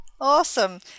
Awesome